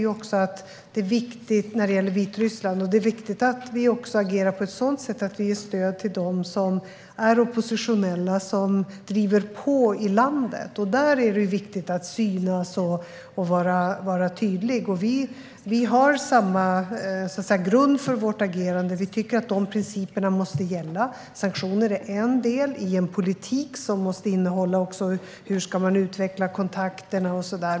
Jag tror att du har rätt i att det är viktigt att vi agerar på ett sådant sätt att vi ger stöd till de oppositionella, de som driver på i landet. Där är det viktigt att synas och vara tydlig. Vi har samma grund för vårt agerande. Vi tycker att de principerna måste gälla. Sanktioner är en del i en politik som också måste handla om hur man ska utveckla kontakterna.